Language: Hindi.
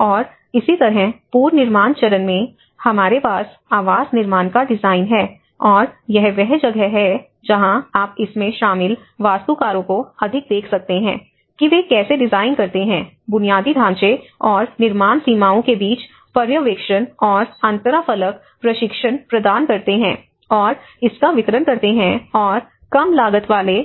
और इसी तरह पुनर्निर्माण चरण में हमारे पास आवास निर्माण का डिज़ाइन है और यह वह जगह है जहाँ आप इसमें शामिल वास्तुकारों को अधिक देख सकते हैं कि वे कैसे डिजाइन करते हैं बुनियादी ढांचे और निर्माण सीमाओं के बीच पर्यवेक्षण और अंतराफलक प्रशिक्षण प्रदान करते हैं और इसका वितरण करते हैं और कम लागत वाले